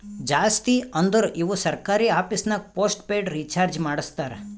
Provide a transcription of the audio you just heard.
ಜಾಸ್ತಿ ಅಂದುರ್ ಇವು ಸರ್ಕಾರಿ ಆಫೀಸ್ನಾಗ್ ಪೋಸ್ಟ್ ಪೇಯ್ಡ್ ರೀಚಾರ್ಜೆ ಮಾಡಸ್ತಾರ